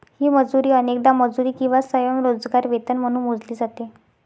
ही मजुरी अनेकदा मजुरी किंवा स्वयंरोजगार वेतन म्हणून मोजली जाते